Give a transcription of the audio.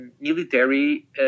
military